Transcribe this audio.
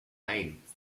eins